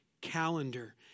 calendar